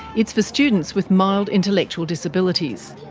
it's for students with mild intellectual disabilities.